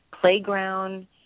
playground